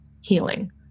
healing